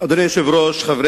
אנחנו עוברים